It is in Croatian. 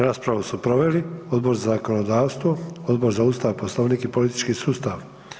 Raspravu su proveli Odbor za zakonodavstvo, Odbor za Ustav, Poslovnik i politički sustav.